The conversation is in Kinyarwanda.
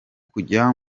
kujya